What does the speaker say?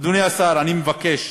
אדוני השר, אני מבקש,